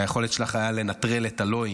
היכולת שלך הייתה לנטרל את ה"לא",